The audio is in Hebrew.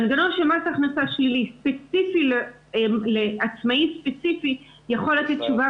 מנגנון של מס הכנסה שלילי לעצמאי ספציפי יכול לתת תשובה